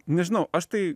nežinau aš tai